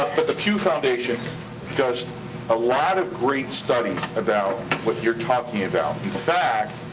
but the pew foundation does a lot of great studies about what you're talking about. in fact,